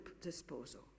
disposal